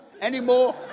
anymore